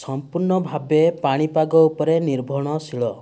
ସମ୍ପୂର୍ଣ୍ଣ ଭାବେ ପାଣିପାଗ ଉପରେ ନିର୍ଭଣଶୀଳ